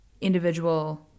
individual